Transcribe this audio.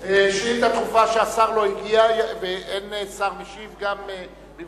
שאילתא דחופה שהשר לא הגיע ואין שר משיב במקומו,